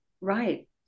Right